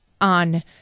on